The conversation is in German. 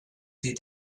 die